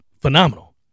phenomenal